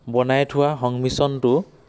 বনাই থোৱা সংমিশ্ৰণটো